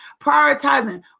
prioritizing